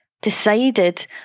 decided